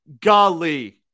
golly